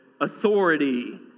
authority